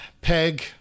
Peg